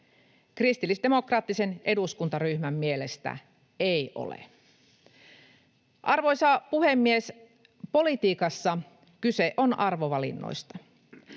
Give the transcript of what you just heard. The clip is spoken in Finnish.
Kristillisdemokraattisen eduskuntaryhmän mielestä ei ole. Arvoisa puhemies! Politiikassa kyse on arvovalinnoista.